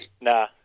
Nah